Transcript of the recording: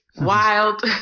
wild